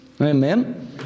Amen